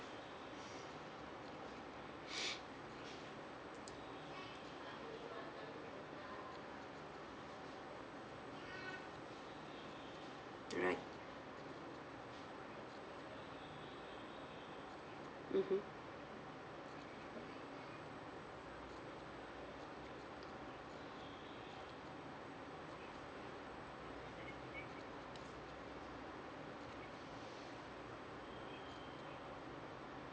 alright mmhmm